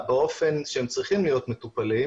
באופן שהם צריכים להיות מטופלים